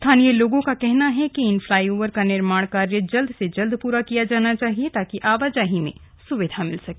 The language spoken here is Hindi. स्थानीय लोगों का कहना कि इन फ्लाईओवर का निर्माण कार्य जल्द से जल्द पूरा किया जाना चाहिए ताकि आवाजाही में सुविधा मिल सके